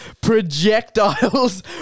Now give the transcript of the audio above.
projectiles